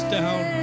down